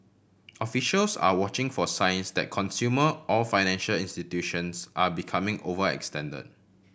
officials are watching for signs that consumer or financial institutions are becoming overextend